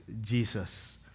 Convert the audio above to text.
Jesus